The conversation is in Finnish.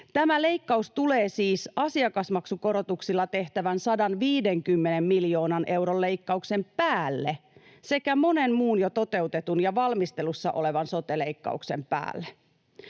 Tämä leikkaus tulee siis asiakasmaksukorotuksilla tehtävän 150 miljoonan euron leikkauksen päälle sekä monen muun jo toteutetun ja valmistelussa olevan sote-leikkauksen päälle.